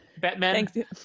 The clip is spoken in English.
batman